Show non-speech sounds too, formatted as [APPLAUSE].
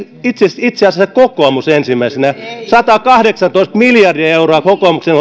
itse asiassa kokoomus ensimmäisenä satakahdeksantoista miljardia euroa kokoomuksen [UNINTELLIGIBLE]